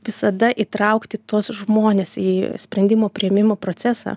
visada įtraukti tuos žmones į sprendimų priėmimo procesą